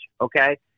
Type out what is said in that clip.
okay